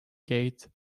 gate